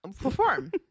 perform